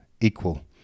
equal